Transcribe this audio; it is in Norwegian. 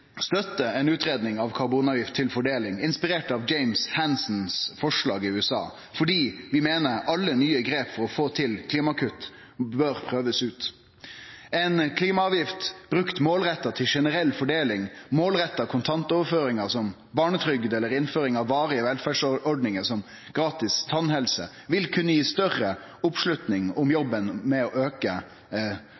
av karbonavgift til fordeling, inspirert av James Hansens forslag i USA, fordi vi meiner alle nye grep for å få til klimakutt bør prøvast ut. Ei klimaavgift brukt målretta til generell fordeling, til målretta kontantoverføringar som barnetrygd eller innføring av varige velferdsordningar som gratis tannhelse, vil kunne gi større oppslutning om